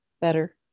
better